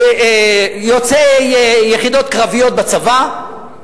יוצאי יחידות קרביות בצבא,